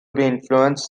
influence